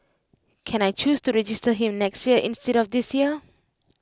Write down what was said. can I choose to register him next year instead of this year